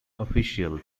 official